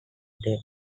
day